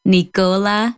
Nicola